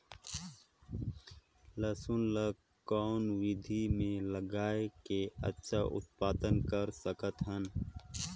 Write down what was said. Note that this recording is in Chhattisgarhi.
लसुन ल कौन विधि मे लगाय के अच्छा उत्पादन कर सकत हन?